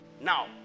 now